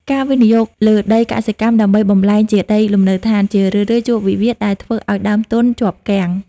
ការវិនិយោគលើដីកសិកម្មដើម្បីបំប្លែងជាដីលំនៅដ្ឋាន ជារឿយៗជួបវិវាទដែលធ្វើឱ្យដើមទុនជាប់គាំង។